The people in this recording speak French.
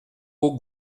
aux